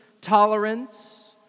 tolerance